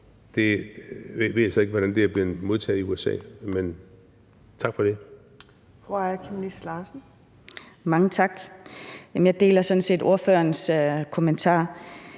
Jeg ved så ikke, hvordan det er blevet modtaget i USA, men tak for det.